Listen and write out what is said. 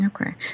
okay